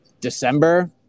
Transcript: December